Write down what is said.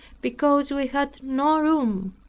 because we had no room.